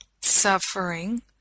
suffering